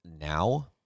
now